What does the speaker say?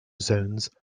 zones